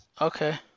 Okay